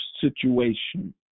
situation